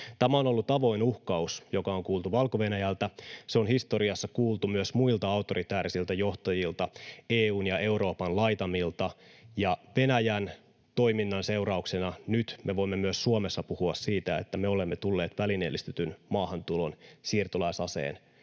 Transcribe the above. Tämä on ollut avoin uhkaus, joka on kuultu Valko-Venäjältä. Se on historiassa kuultu myös muilta autoritäärisiltä johtajilta EU:n ja Euroopan laitamilta, ja Venäjän toiminnan seurauksena nyt me voimme myös Suomessa puhua siitä, että me olemme tulleet välineellistetyn maahantulon, siirtolaisaseen,